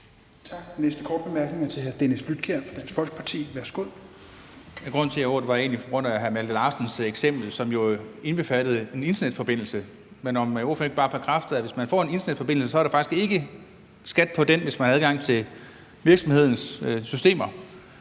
næste korte bemærkning er til hr. Dennis Flydtkjær fra Dansk Folkeparti. Værsgo. Kl. 22:43 Dennis Flydtkjær (DF): Grunden til, at jeg tager ordet, er egentlig det eksempel, hr. Malte Larsen kom med, som jo indbefattede en internetforbindelse, så vil ordføreren ikke bare bekræfte, at hvis man får en internetforbindelse, er der faktisk ikke skat på den, hvis man har adgang til virksomhedens systemer?